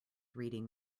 reading